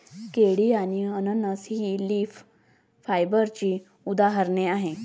केळी आणि अननस ही लीफ फायबरची उदाहरणे आहेत